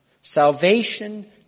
salvation